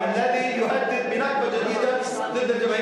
והכפרים הערביים ונגד התוכנית הגזענית,